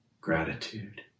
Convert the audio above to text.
gratitude